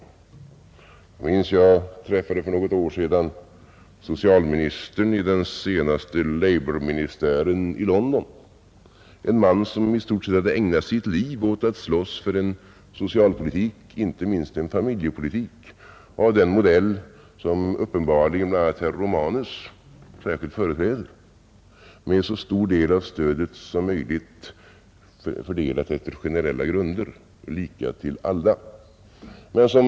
För något år sedan träffade jag socialministern i den senaste labourministären i London, en man som i stort sett ägnat sitt liv åt att slåss för en socialpolitik — inte minst en familjepolitik — av den modell som uppenbarligen bl.a. herr Romanus företräder och enligt vilken så stor del av stödet som möjligt skall fördelas efter generella grunder och lika till alla.